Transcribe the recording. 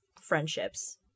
friendships